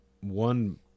one